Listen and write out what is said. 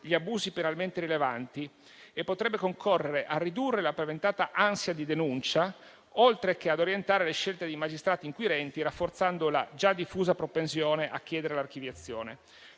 gli abusi penalmente rilevanti e potrebbe concorrere a ridurre la paventata ansia di denuncia, oltre che a orientare le scelte dei magistrati inquirenti rafforzando la già diffusa propensione a chiedere l'archiviazione.